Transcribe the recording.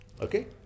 Okay